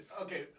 okay